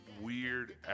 weird